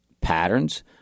patterns